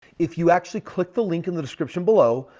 if you actually click the link in the description below,